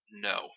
No